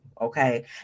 okay